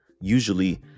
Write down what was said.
usually